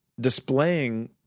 displaying